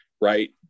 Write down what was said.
right